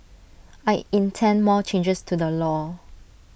I intend more changes to the law